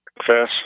confess